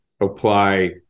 apply